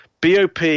bop